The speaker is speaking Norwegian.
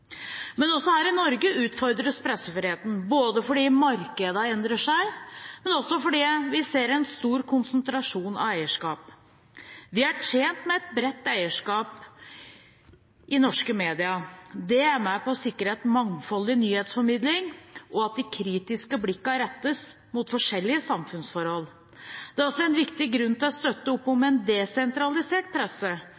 Men også her i Norge utfordres pressefriheten, både fordi markedene endrer seg, og fordi vi ser en stor konsentrasjon av eierskap. Vi er tjent med et bredt eierskap i norske medier. Det er med på å sikre et mangfold i nyhetsformidling og at de kritiske blikkene rettes mot forskjellige samfunnsforhold. Det er også en viktig grunn til å støtte opp om en desentralisert presse,